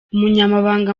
umunyamabanga